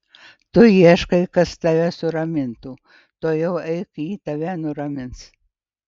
tu ieškai kas tave suramintų tuojau eik ji tave nuramins